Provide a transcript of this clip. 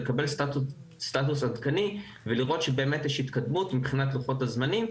לקבל סטטוס עדכני ולראות שבאמת יש התקדמות מבחינת לוחות הזמנים,